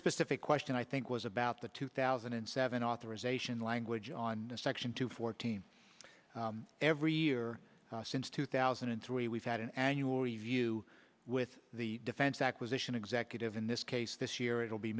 specific question i think was about the two thousand and seven authorization language on section two fourteen every year since two thousand and three we've had an annual review with the defense acquisition executive in this case this year it will be